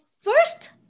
first